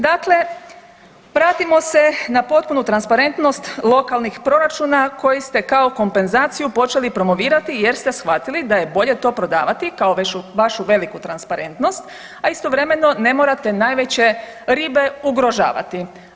Dakle, vratimo se na potpunu transparentnost lokalnih proračuna koji ste kao kompenzaciju počeli promovirati jer ste shvatili daje bolje to prodavati kao vašu veliku transparentnost, a istovremeno ne morate najveće ribe ugrožavati.